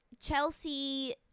Chelsea